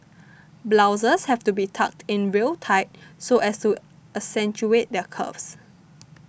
blouses have to be tucked in real tight so as to accentuate their curves